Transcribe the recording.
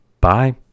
Bye